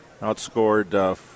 Outscored